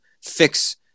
fix